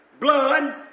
blood